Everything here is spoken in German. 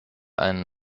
einen